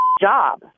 job